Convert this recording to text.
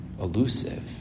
elusive